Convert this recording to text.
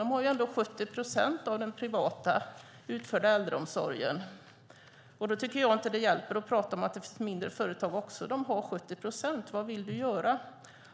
De har ju ändå 70 procent av den privat utförda äldreomsorgen. Jag tycker inte att det hjälper att prata om att det finns mindre företag också. De har 70 procent. Vad vill du göra?